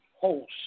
host